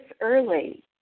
early